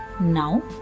Now